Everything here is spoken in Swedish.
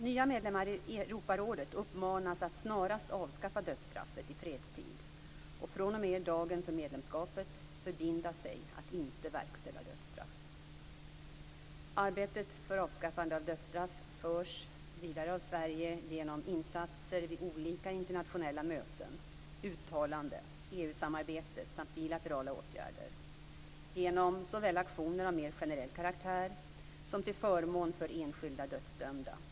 Nya medlemmar i Europarådet uppmanas att snarast avskaffa dödsstraffet i fredstid och fr.o.m. dagen för medlemskapet förbinda sig att inte verkställa dödsstraff. Arbetet för avskaffande av dödsstraffet förs vidare av Sverige genom insatser vid olika internationella möten, uttalanden, EU-samarbetet samt bilaterala åtgärder, såväl genom aktioner av mer generell karaktär som till förmån för enskilda dödsdömda.